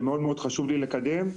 שמאוד חשוב לי לקדם.